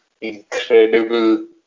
Incredible